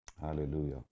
Hallelujah